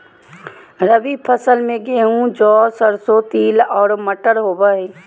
रबी फसल में गेहूं, जौ, सरसों, तिल आरो मटर होबा हइ